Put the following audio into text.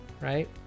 right